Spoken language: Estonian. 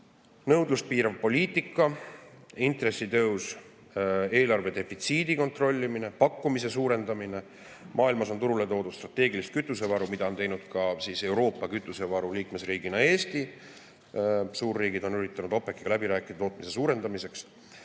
Nõudlust piirav poliitika, intresside tõus, eelarvedefitsiidi kontrolli all hoidmine, pakkumise suurendamine. Maailmas on turule toodud strateegilist kütusevaru, seda on teinud ka Euroopa kütusevaru [osalis]riigina Eesti. Suurriigid on üritanud OPEC-iga läbi rääkida tootmise suurendamiseks.